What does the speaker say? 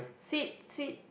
sweet sweet